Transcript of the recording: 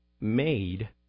made